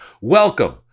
Welcome